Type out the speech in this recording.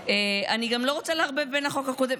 אני גם לא רוצה לערבב בין החוק הקודם,